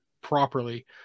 properly